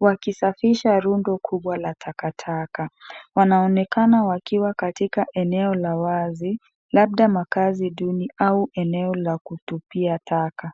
wakisafisha rundo kubwa la takataka wanaonekana wakiwa katika eneo la wazi labda makazi duni au eneo la kutupia taka.